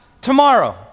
tomorrow